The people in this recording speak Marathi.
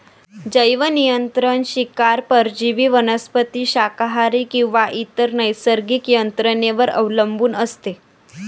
जैवनियंत्रण शिकार परजीवी वनस्पती शाकाहारी किंवा इतर नैसर्गिक यंत्रणेवर अवलंबून असते